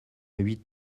huit